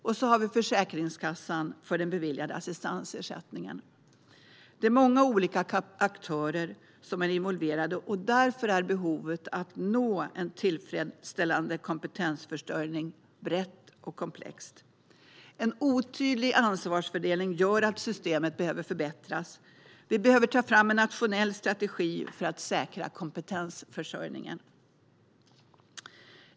Dessutom har vi Försäkringskassan som ansvarar för den beviljade assistansersättningen. Många olika aktörer är involverade, och därför är behovet att nå en tillfredsställande kompetensförsörjning brett och komplext. En otydlig ansvarsfördelning gör att systemet behöver förbättras. Vi behöver ta fram en nationell strategi för att säkra kompetensförsörjningen.